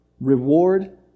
reward